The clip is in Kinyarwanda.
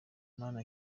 mana